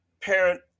parent